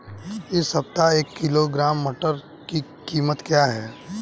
इस सप्ताह एक किलोग्राम मटर की कीमत क्या है?